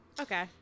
okay